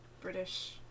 British